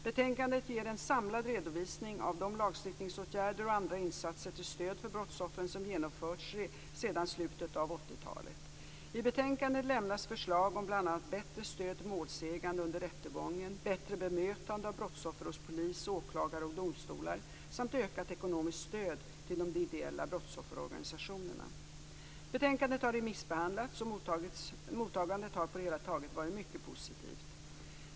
Betänkandet ger en samlad redovisning av de lagstiftningsåtgärder och andra insatser till stöd för brottsoffren som genomförts sedan slutet av 80-talet. I betänkandet lämnas förslag om bl.a. bättre stöd till målsägande under rättegången, bättre bemötande av brottsoffer hos polis, åklagare och domstolar samt ökat ekonomiskt stöd till de ideella brottsofferorganisationerna. Betänkandet har remissbehandlats, och mottagandet har på det hela taget varit mycket positivt.